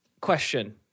Question